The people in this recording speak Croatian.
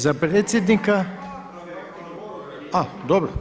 Za predsjednika, a dobro.